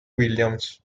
williams